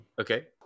Okay